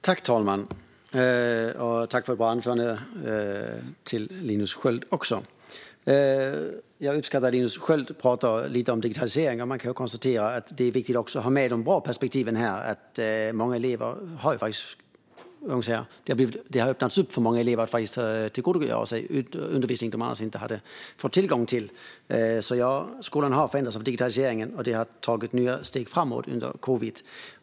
Fru talman! Tack för ett bra anförande, Linus Sköld! Linus Sköld pratade lite om digitaliseringen, och det uppskattar jag. Man kan konstatera att det är viktigt att ha med också de bra perspektiven här. Den har öppnat för många elever att tillgodogöra sig undervisning de annars inte hade fått tillgång till. Skolan har förändrats av digitaliseringen och tagit nya steg framåt under covid.